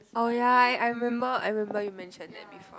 oh ya I remember I remember you mention that before